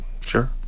Sure